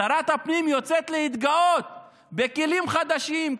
שרת הפנים יוצאת להתגאות בכלים חדשים,